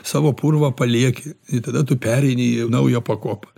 savo purvą palieki ir tada tu pereini į naują pakopą